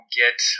get –